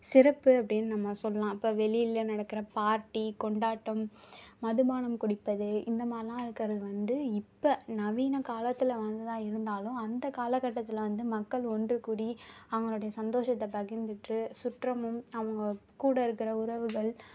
சிறப்பு அப்டின்னு நம்ம சொல்லாம் இப்போ வெளியில் நடக்கிற பார்ட்டி கொண்டாட்டம் மதுபானம் குடிப்பது இந்தமாதிரிலாம் இருக்கிறது வந்து இப்போ நவீன காலத்தில் வந்ததாக இருந்தாலும் அந்த கால கட்டத்தில் வந்து மக்கள் ஒன்று கூடி அவங்களுடய சந்தோஷத்த பகிர்ந்துட்டு சுற்றமும் அவங்க கூட இருக்கிற உறவுகள்